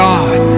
God